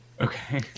Okay